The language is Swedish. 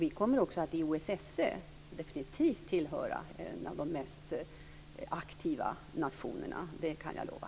Vi kommer även i OSSE definitivt att tillhöra en av de mest aktiva nationerna. Det kan jag lova.